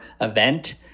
event